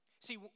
See